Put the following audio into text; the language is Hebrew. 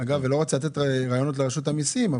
לא רוצה לתת רעיונות לרשות המסים,